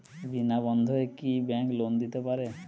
বিনা বন্ধকে কি bank loan দিতে পারে?